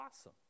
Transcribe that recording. awesome